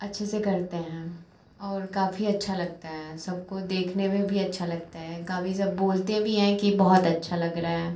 अच्छे से करते हैं हम और काफी अच्छा लगता ये सबको देखने में भी अच्छा लगता ये काफी सब बोलते भी हैं कि बहुत अच्छा लग रहा है